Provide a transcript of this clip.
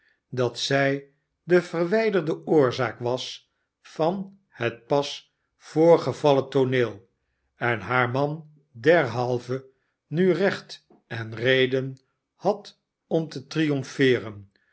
dat zij de verwijderde oorzaak was van het pas voorgevallen tooneel en haar man derhalve nu recht en reden had om te